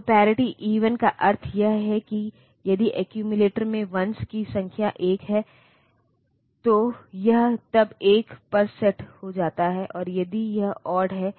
तो parity even का अर्थ यह है कि यदि एक्यूमुलेटर में वन्स की संख्या 1 है तो यह तब 1 पर सेट हो जाता है और यदि यह ओड है